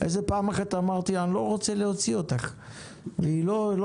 איזה פעם אחת אמרתי: אני לא רוצה להוציא אותך,